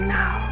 now